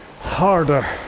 harder